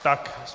Tak.